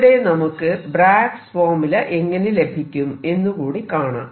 ഇവിടെ നമുക്ക് Bragg's formula എങ്ങനെ ലഭിക്കും എന്ന് കൂടി കാണാം